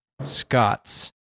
Scots